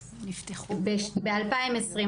ב-2020,